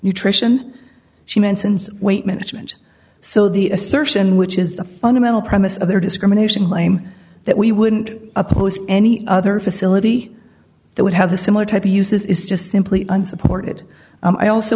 nutrition she mentions weight management so the assertion which is the fundamental premise of their discrimination claim that we wouldn't oppose any other facility that would have the similar type of uses is just simply unsupported i also